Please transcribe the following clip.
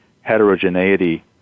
heterogeneity